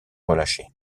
relâché